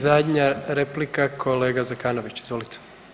I zadnja replika kolega Zekanović, izvolite.